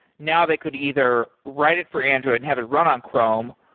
now they could either write it for android and have it run on chrome,